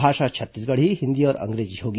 भाषा छत्तीसगढी हिन्दी और अंग्रेजी होगी